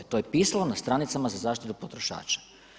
To je pisalo na stranicama za zaštitu potrošača.